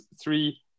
three